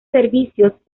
servicios